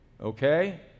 okay